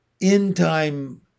in-time